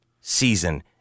season